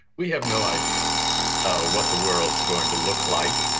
we have no idea ah what the world's going to look like.